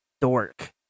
dork